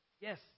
Yes